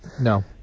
No